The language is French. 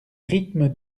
rythme